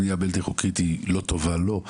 בנייה בלתי חוקית היא לא טובה לו.